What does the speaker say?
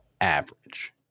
average